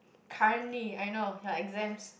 currently I know your exams